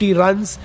runs